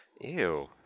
Ew